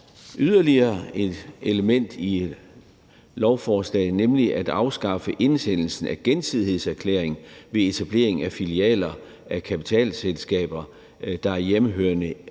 yderligere et element i lovforslaget, nemlig at afskaffe indsendelsen af en gensidighedserklæring ved etablering af filialer af kapitalselskaber, der er hjemmehørende